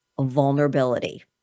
vulnerability